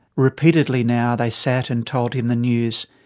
repeatedly now they sat and told him the news.